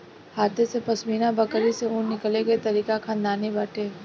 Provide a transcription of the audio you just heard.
हाथे से पश्मीना बकरी से ऊन निकले के तरीका खानदानी बाटे